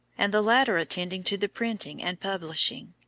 and the latter attending to the printing and publishing.